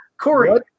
Corey